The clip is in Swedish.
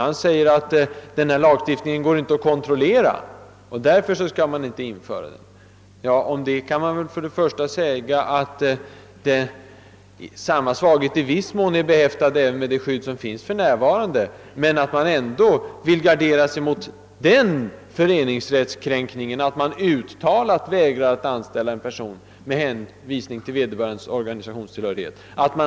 Han anser att efterlevnaden av en lagstiftning på detta område inte går att kontrollera och att man därför inte bör lagstifta. Det skydd som för närvarande finns för anställda är i viss mån behäftat med samma svaghet. Men man kan ändå gardera sig mot den föreningsrättskränkningen, att en arbetsgivare direkt vägrar att anställa en person med hänvisning till vederbörandes organisationstillhörighet.